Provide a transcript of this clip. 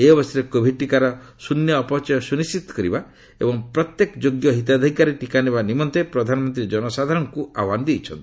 ଏହି ଅବସରରେ କୋଭିଡ ଟିକାର ଶ୍ରନ୍ୟ ଅପଚୟ ସୁନିଶ୍ଚିତ କରିବା ଏବଂ ପ୍ରତ୍ୟେକ ଯୋଗ୍ୟ ହିତାଧିକାରୀ ଟିକା ନେବା ନିମନ୍ତେ ପ୍ରଧାନମନ୍ତ୍ରୀ ଜନସାଧାରଣଙ୍କୁ ଆହ୍ପାନ ଦେଇଛନ୍ତି